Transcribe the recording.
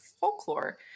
folklore